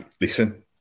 listen